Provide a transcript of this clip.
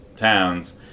Towns